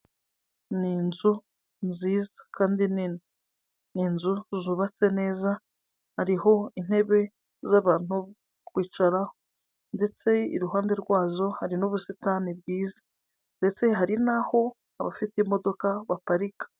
Ni inzu nziza kandi nini ni inzu zubatswe neza, hariho intebe z'abantu bicaraho ndetse iruhande rwazo hari n'ubusitani bwiza ndetse hari n'aho abafite imodoka baparika.